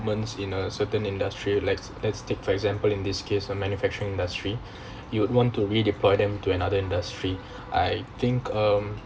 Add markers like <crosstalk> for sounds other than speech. once in a certain industry let's let's take for example in this case the manufacturing industry <breath> you would want to redeploy them to another industry <breath> I think um